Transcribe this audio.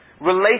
Relate